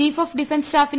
chief of defence staff C